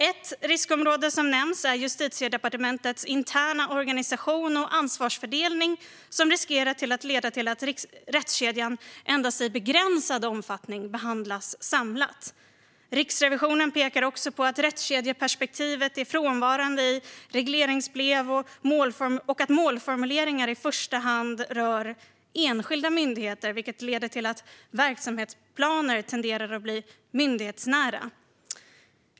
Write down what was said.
Ett riskområde som nämns är Justitiedepartementets interna organisation och ansvarsfördelning, som riskerar att leda till att rättskedjan endast i begränsad omfattning behandlas samlat. Riksrevisionen pekar på att rättskedjeperspektivet är frånvarande i regleringsbrev och att målformuleringar i första hand rör enskilda myndigheter, vilket leder till att verksamhetsplaner tenderar att bli myndighetsnära.